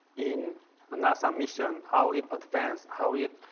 in a nasa mission, how it advanced, how it,